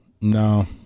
No